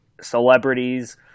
celebrities